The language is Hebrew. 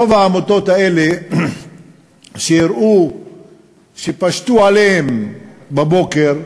רוב העמותות האלה שהראו שפשטו עליהן בבוקר,